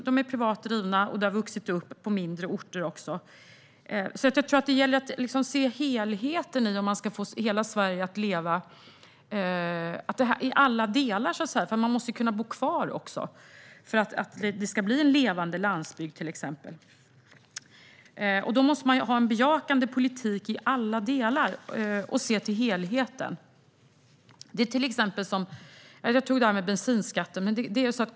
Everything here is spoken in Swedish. De är privat drivna, och de har vuxit upp även på mindre orter. Det gäller alltså att se en helhet i alla delar om man vill få hela Sverige att leva. Folk måste kunna bo kvar för att det ska bli en levande landsbygd. Då behövs en bejakande politik i alla delar, och man måste se till helheten. Jag nämnde tidigare bensinskatten som exempel.